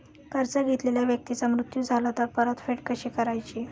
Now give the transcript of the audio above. कर्ज घेतलेल्या व्यक्तीचा मृत्यू झाला तर परतफेड कशी करायची?